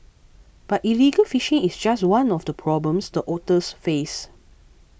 but illegal fishing is just one of the problems the otters face